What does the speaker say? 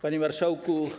Panie Marszałku!